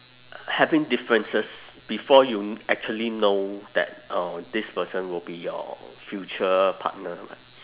having differences before you actually know that uh this person will be your future partner lah